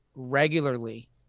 regularly